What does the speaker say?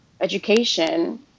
education